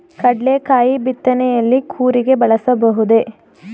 ಕಡ್ಲೆಕಾಯಿ ಬಿತ್ತನೆಯಲ್ಲಿ ಕೂರಿಗೆ ಬಳಸಬಹುದೇ?